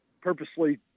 purposely